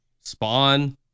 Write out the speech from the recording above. Spawn